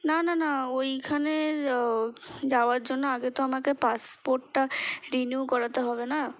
না না না ওইখানের যাওয়ার জন্য আগে তো আমাকে পাসপোর্টটা রিনিউ করাতে হবে না